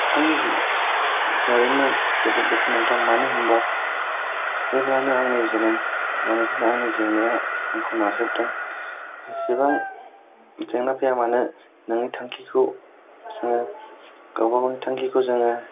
आंनि जिउ जारिमिना जोबोद दुखुनांथाव मानो होनोब्ला जेब्लानो आंनि जोनोम अब्लानिफ्रायनो आंनि जेंनाया आंखौ नाख्रेबदों जेसेबां जेंना फैया मानो नोंनि थांखिखौ सान गावबा गावनि थांखिखौ जोङो